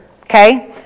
okay